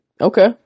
okay